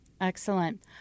Excellent